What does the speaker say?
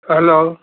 hello